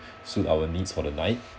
suit our needs for the night